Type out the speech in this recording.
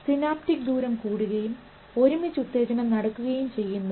synaptic ദൂരം കൂടുകയും ഒരുമിച്ച് ഉത്തേജനം നടക്കുകയും ചെയ്യുന്നു